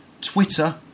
twitter